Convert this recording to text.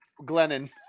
Glennon